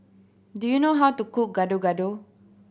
do you know how to cook Gado Gado